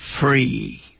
free